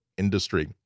industry